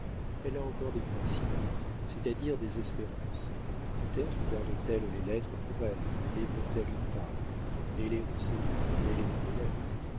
elle a encore des principes c'est-à-dire des espérances peut-être garde t elle les lettres pour elle et veut-elle une part elle est rusée elle est mon élève